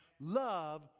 Love